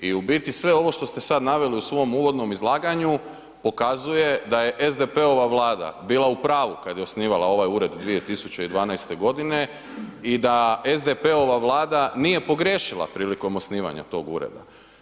I u biti sve ovo što ste sada naveli u svom uvodnom izlaganju pokazuje da je SDP-ova vlada bila u pravu kada je osnivala ovaj ured 2012. godine i da SDP-ova vlada nije pogriješila prilikom osnivanja tog ureda.